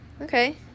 okay